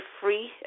free